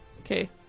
Okay